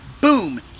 boom